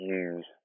use